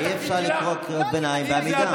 אבל אי-אפשר לקרוא קריאות ביניים בעמידה.